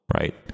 Right